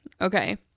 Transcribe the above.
Okay